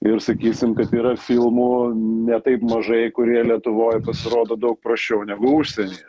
ir sakysim kad yra filmų ne taip mažai kurie lietuvoj pasirodo daug prasčiau negu užsienyje